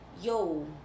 yo